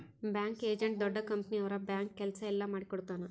bank agent ದೊಡ್ಡ company ಅವ್ರ bank ಕೆಲ್ಸ ಎಲ್ಲ ಮಾಡಿಕೊಡ್ತನ